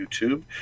YouTube